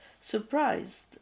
surprised